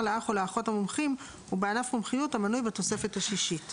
לאח או לאחות המומחים הוא בענף מומחיות המנוי בתוספת השישית".